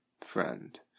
friend